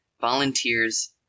volunteers